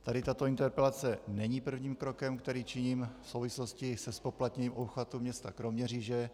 Tady tato interpelace není prvním krokem, který činím v souvislosti se zpoplatněním obchvatu města Kroměříže.